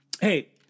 Hey